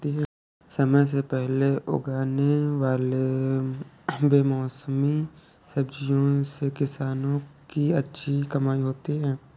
समय से पहले उगने वाले बेमौसमी सब्जियों से किसानों की अच्छी कमाई होती है